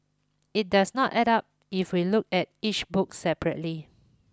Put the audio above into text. it does not add up if we look at each book separately